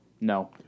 No